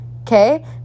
okay